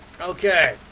okay